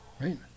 Right